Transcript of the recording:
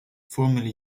formerly